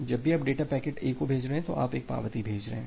जब भी आप डेटा पैकेट A को भेज रहे हैं तो आप पावती भेज रहे हैं